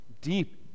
deep